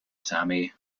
sami